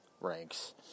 ranks